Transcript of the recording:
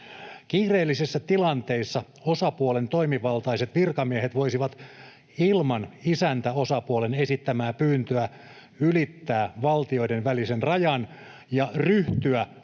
Kiireellisissä tilanteissa osapuolen toimivaltaiset virkamiehet voisivat ilman isäntäosapuolen esittämää pyyntöä ylittää valtioiden välisen rajan ja ryhtyä